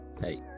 hey